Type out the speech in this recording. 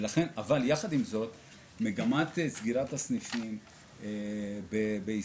יחד עם זאת מגמת סגירת הסניפים בישראל